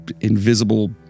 invisible